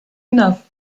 enough